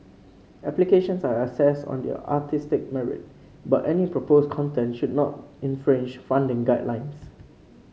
applications are assessed on their artistic merit but any proposed content should not infringe funding guidelines